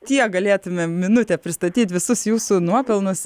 tiek galėtumėm minutę pristatyt visus jūsų nuopelnus